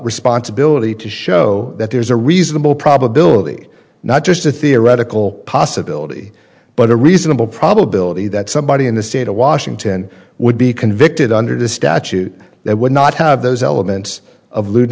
responsibility to show that there's a reasonable probability not just a theoretical possibility but a reasonable probability that somebody in the state of washington would be convicted under this statute that would not have those elements of lewd